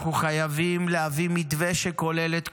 אנחנו חייבים להביא מתווה שכולל את כולם.